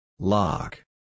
Lock